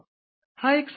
हा एक सामान्य हक्क आहे